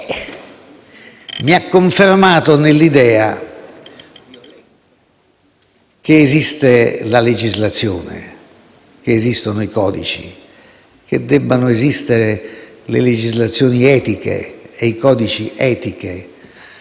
mi ha confermato nell'idea che esiste la legislazione, che esistono i codici e che il fatto che debbano esistere le legislazioni etiche e i codici etici